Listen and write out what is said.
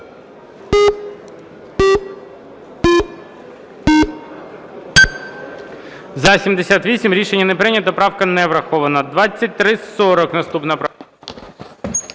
За-78 Рішення не прийнято. Правка не врахована. 2340 наступна правка.